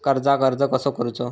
कर्जाक अर्ज कसो करूचो?